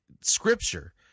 Scripture